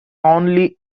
only